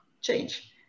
change